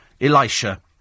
Elisha